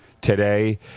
today